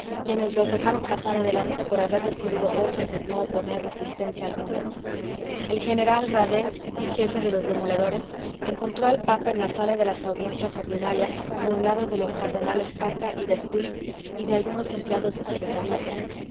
quienes los dejaron pasar adelante por haber recibido orden de no oponer resistencia alguna el general radet jefe de los demoledores encontró al papa en la sala de las audiencias ordinarias rodeado de los cardenales pacca y despuig y de algunos empleados de secretaría